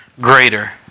greater